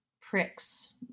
pricks